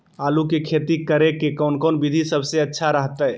आलू की खेती करें के कौन कौन विधि सबसे अच्छा रहतय?